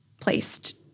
placed